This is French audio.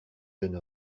jeune